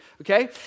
Okay